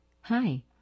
Hi